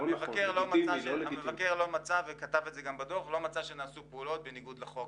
המבקר לא מצא שנעשו פעולות בניגוד לחוק.